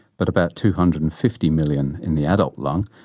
but about two hundred and fifty million in the adult lung,